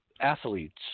athletes